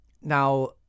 now